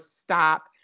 stop